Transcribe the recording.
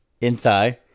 inside